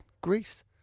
Greece